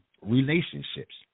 relationships